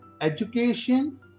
education